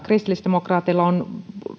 kristillisdemokraateilla on